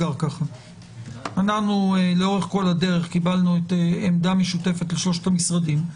אנחנו לאורך כל הדרך קיבלנו עמדה משותפת לשלושת המשרדים.